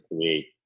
create